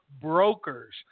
brokers